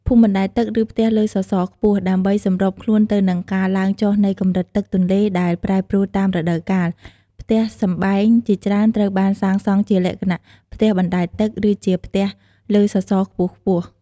ភូមិបណ្ដែតទឹក ឬផ្ទះលើសសរខ្ពស់ៗ ដើម្បីសម្របខ្លួនទៅនឹងការឡើងចុះនៃកម្រិតទឹកទន្លេដែលប្រែប្រួលតាមរដូវកាល ផ្ទះសម្បែងជាច្រើនត្រូវបានសាងសង់ជាលក្ខណៈ ផ្ទះបណ្ដែតទឹក ឬជា ផ្ទះលើសសរខ្ពស់ៗ។